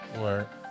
Work